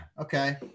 okay